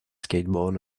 skateboard